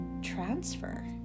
transfer